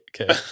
Okay